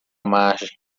margem